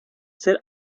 ser